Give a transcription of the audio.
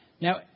Now